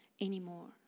anymore